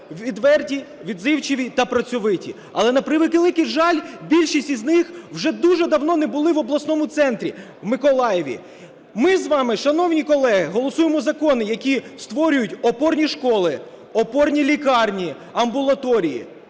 відверті, відзивчиві та працьовиті. Але, на превеликий жаль, більшість із них вже дуже давно не були в обласному центрі, у Миколаєві. Ми з вами, шановні колеги, голосуємо закони, які створюють опорні школи, опорні лікарні, амбулаторії.